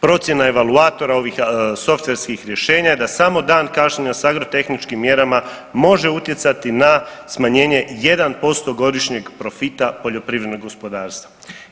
Procjena evaluatora ovih softverskih rješenja je da samo dan kašnjenja sa agrotehničkim mjerama može utjecati na smanjenje 1% godišnjeg profita poljoprivrednog gospodarstva.